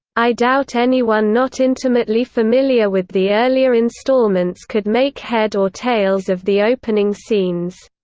i doubt anyone not intimately familiar with the earlier installments could make head or tails of the opening scenes.